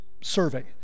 survey